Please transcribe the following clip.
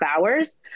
hours